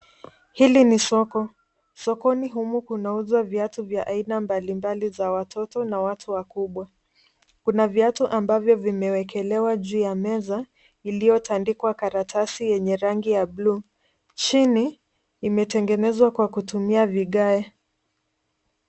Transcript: Hili ni soko. Sokoni humu kunauzwa viatu vya aina mbalimbali za watoto na watu wakubwa. Kuna viatu ambavyo vimewekelewa juu ya meza iliyotandikwa karatasi yenye rangi ya bluu. Chini imetegenezwa kwa kutumia vigae.